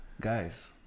Guys